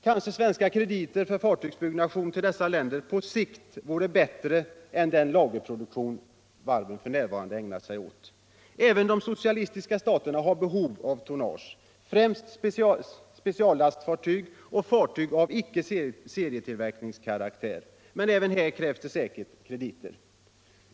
Kanske svenska Om varvsindustrins krediter till dessa länder, för fartygsbyggnation, på sikt vore bättre än problem den lagerproduktion varven f. n. ägnar sig åt. Även de socialistiska staterna har behov av tonnage, främst speciallastfartyg och fartyg av icke serietillverkningskaraktär. Men även här krävs säkert krediter.